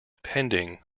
pending